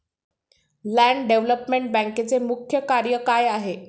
Land development बँकेचे मुख्य कार्य काय आहे?